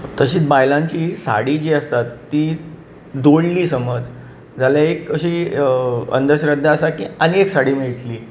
तशींच बायलांची साडी जी आसता ती दोडली समज जाल्यार अशी एक अंधश्रद्धा आसा की आनीक एक साडी मेळटली